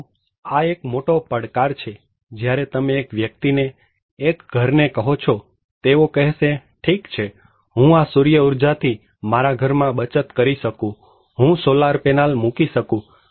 પરંતુ આ એક મોટો પડકાર છે જ્યારે તમે એક વ્યક્તિ ને એક ઘરને કહો છો તેઓ કહેશે ઠીક છે હું આ સૂર્ય ઉર્જા થી મારા ઘરમાં બચત કરી શકું હું સોલાર પેનલ મૂકી શકું